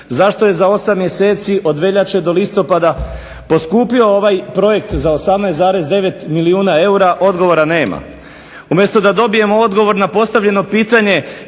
zašto je za 8 mjeseci od veljače do listopada poskupio ovaj projekt za 18,9 milijuna eura odgovora nema. Umjesto da dobijemo odgovor na postavljeno pitanje